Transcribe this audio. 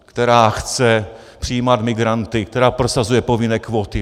Která chce přijímat migranty, která prosazuje povinné kvóty.